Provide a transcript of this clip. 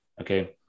okay